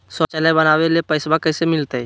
शौचालय बनावे ले पैसबा कैसे मिलते?